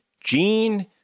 Gene